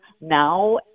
now